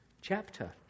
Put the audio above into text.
chapter